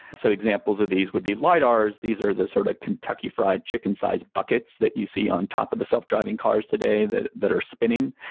so examples of these would be lidars, these are the sort of kentucky fried chicken-size buckets that you see on top of the self-driving cars today that that are spinning.